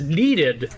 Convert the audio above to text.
needed